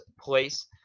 place